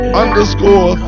underscore